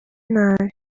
nabi